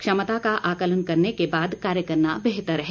क्षमता का आकलन करने के बाद कार्य करना बेहतर है